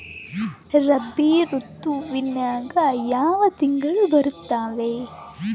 ರಾಬಿ ಋತುವಿನ್ಯಾಗ ಯಾವ ತಿಂಗಳು ಬರ್ತಾವೆ?